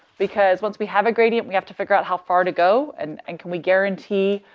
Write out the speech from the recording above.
because once we have a gradient, we have to figure out how far to go. an and can we guarantee,